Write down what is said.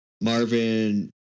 Marvin